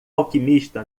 alquimista